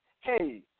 hey